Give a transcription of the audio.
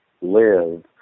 live